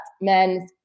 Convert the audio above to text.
men